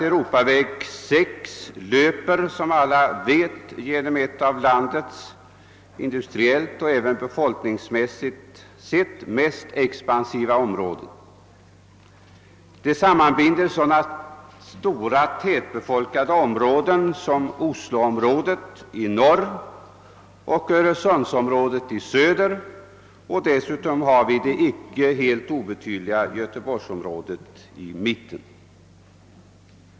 Europaväg 6 går som alla vet genom ett av landets industriellt och även befolkningsmässigt sett mest expansiva områden. Den sammanbinder så stora tätbefolkade områden som osloområdet i norr och öresundsområdet i söder. Dessutom har vi det icke helt obetydliga göteborgsområdet i mitten.